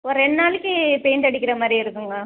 ஒரு ரெண்டு நாளைக்கு பெயிண்ட் அடிக்கிற மாதிரி இருக்குதுங்க